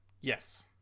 Yes